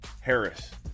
Harris